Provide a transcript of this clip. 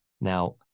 Now